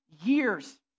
years